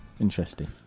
Interesting